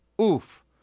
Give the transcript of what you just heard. Oof